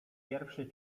pierwszy